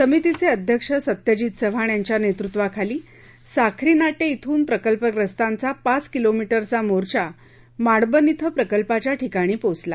समितीचे अध्यक्ष सत्यजित चव्हाण यांच्या नेतृत्वाखाली साखरीनाटे श्रून प्रकल्पग्रस्तांचा पाच किलोमीटरचा मोर्चा माडबन थे प्रकल्पाच्या ठिकाणी पोहोचला